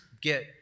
get